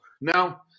Now